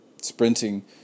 sprinting